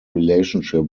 relationship